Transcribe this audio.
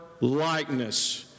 likeness